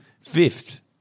fifth